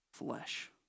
flesh